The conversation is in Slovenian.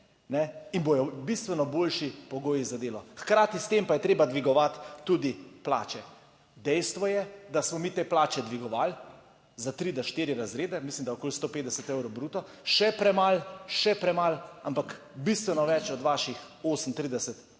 in bodo bistveno boljši pogoji za delo, hkrati s tem pa je treba dvigovati tudi plače. Dejstvo je, da smo mi te plače dvigovali za tri do štiri razrede, mislim, da okoli 150 evrov bruto. Še premalo, še premalo, ampak bistveno več od vaših 38 evrov